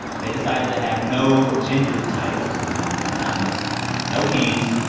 they decided to have no gendered titles in the homecoming contest no kings,